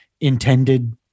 intended